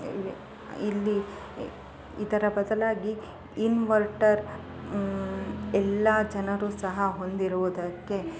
ಇವೆ ಇಲ್ಲಿ ಇದರ ಬದಲಾಗಿ ಇನ್ವರ್ಟರ್ ಎಲ್ಲ ಜನರು ಸಹ ಹೊಂದಿರುವುದಕ್ಕೆ